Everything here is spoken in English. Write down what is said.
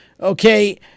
Okay